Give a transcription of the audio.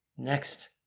Next